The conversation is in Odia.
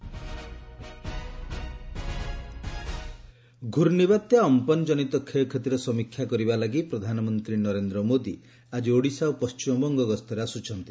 ପ୍ରଧାନମନ୍ତ୍ରୀ ଘୂର୍ଣ୍ଣିବାତ୍ୟା ଅମ୍ପନ୍ କନିତ କ୍ଷୟକ୍ଷତିର ସମୀକ୍ଷା କରିବା ଲାଗି ପ୍ରଧାନମନ୍ତ୍ରୀ ନରେନ୍ଦ୍ର ମୋଦୀ ଆକି ଓଡ଼ିଶା ଓ ପଶ୍ଚିମବଙ୍ଗ ଗସ୍ତରେ ଆସୁଛନ୍ତି